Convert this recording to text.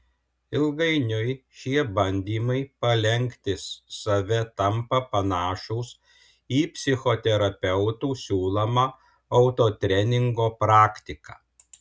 ilgainiui šie bandymai palenkti save tampa panašūs į psichoterapeutų siūlomą autotreningo praktiką